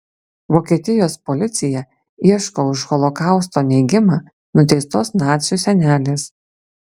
vokietijos policija ieško už holokausto neigimą nuteistos nacių senelės